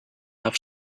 have